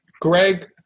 Greg